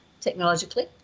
technologically